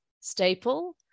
staple